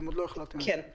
כן.